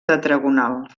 tetragonal